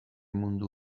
mundu